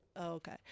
okay